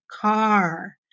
car